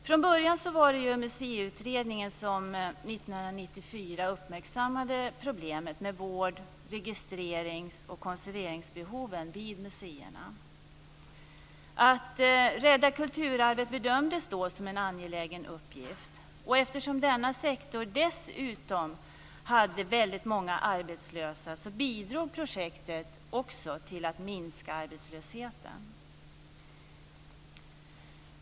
Från början var det Museiutredningen som 1994 uppmärksammade problemet med vård-, registrerings och konserveringsbehoven vid museerna. Att rädda kulturarvet bedömdes då som en angelägen uppgift. Eftersom denna sektor dessutom hade väldigt många arbetslösa bidrog projektet också till att minska arbetslösheten.